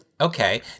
Okay